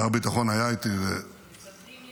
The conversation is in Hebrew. שר הביטחון היה איתי -- מפקדים נפלאים.